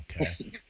Okay